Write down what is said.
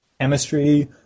chemistry